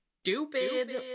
Stupid